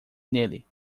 nele